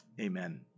Amen